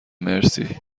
مرسی